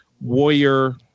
warrior